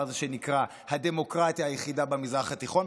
הזה שנקרא "הדמוקרטיה היחידה במזרח התיכון".